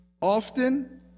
Often